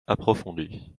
approfondie